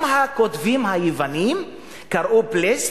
גם הכותבים היוונים קראו "פלסט",